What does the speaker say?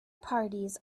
parties